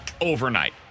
overnight